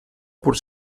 pur